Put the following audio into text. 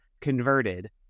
converted